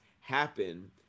happen